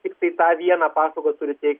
tiktai tą vieną paslaugą turi teikt